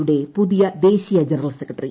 യുടെക് പൂതിയ ദേശീയ general secretary